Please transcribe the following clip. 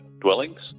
dwellings